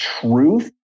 truth